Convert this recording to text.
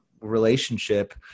relationship